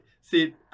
see